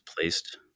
placed